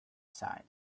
side